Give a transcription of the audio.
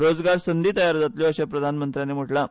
रोजगार संदी तयार जातल्यो अर्शे प्रधानमंत्र्यांनी म्हणलां